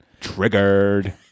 Triggered